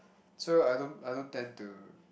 so I don't I don't tend to